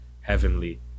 heavenly